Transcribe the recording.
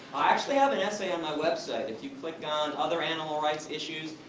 i actually have an essay on my website, if you click on other animal rights issues,